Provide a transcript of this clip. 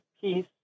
peace